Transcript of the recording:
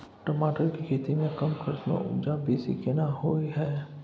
टमाटर के खेती में कम खर्च में उपजा बेसी केना होय है?